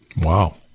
Wow